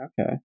Okay